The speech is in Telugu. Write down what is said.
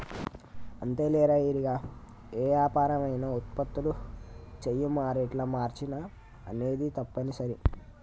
అంతేలేరా ఇరిగా ఏ యాపరం అయినా ఉత్పత్తులు చేయు మారేట్ల మార్చిన అనేది తప్పనిసరి